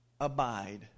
abide